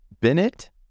Bennett